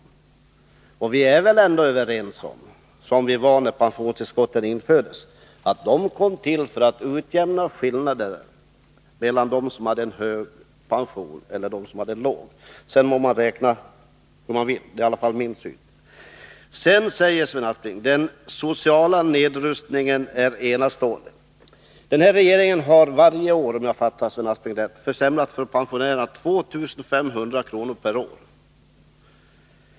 Vi är väl ändå överens om, som vi var när pensionstillskotten infördes, att de kom till för att utjämna skillnader mellan dem som hade en hög pension och dem som hade en låg. Det är i alla fall min syn på saken. Sedan säger Sven Aspling att den sociala nedrustningen är enastående. Den här regeringen har varje år, om jag fattade Sven Aspling rätt, försämrat för ensamstående pensionärer med 2 500 kr. per år.